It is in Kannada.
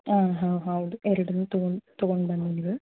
ಹಾಂ ಹಾಂ ಹೌದು ಎರಡನ್ನು ತೊಗೊ ತೊಗೊಂಡು ಬನ್ನಿ ನೀವು